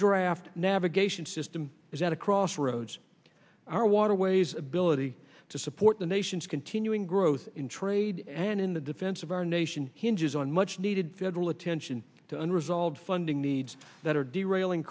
draft navigation system is at a crossroads our waterways ability to support the nation's continuing growth in trade and in the defense of our nation hinges on much needed federal attention to unresolved funding needs that are derailing